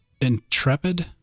Intrepid